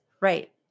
Right